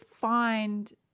find